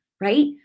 right